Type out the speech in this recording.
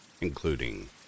including